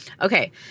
Okay